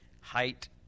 height